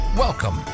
Welcome